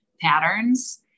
patterns